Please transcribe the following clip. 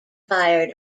fire